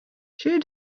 two